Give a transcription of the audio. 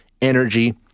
energy